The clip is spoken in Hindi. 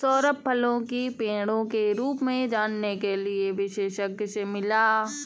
सौरभ फलों की पेड़ों की रूप जानने के लिए विशेषज्ञ से मिला